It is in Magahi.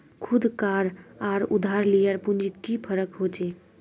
खुद कार आर उधार लियार पुंजित की फरक होचे?